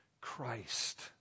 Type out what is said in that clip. Christ